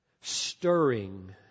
stirring